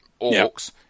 orcs